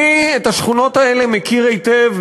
את השכונות האלה אני מכיר היטב,